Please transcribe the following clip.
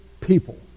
people